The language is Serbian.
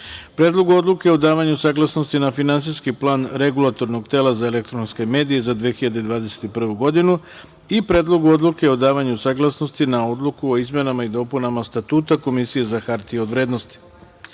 Predlogu odluke o davanju saglasnosti na Finansijski plan Regulatornog tela za elektronske medije za 2021. godinu i Predlogu odluke o davanju saglasnosti na Odluku o izmenama i dopunama Statuta Komisije za hartije od vrednosti. Da